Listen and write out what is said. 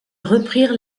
reprirent